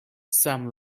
some